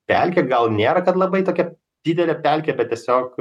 pelkė gal nėra kad labai tokia didelė pelkė bet tiesiog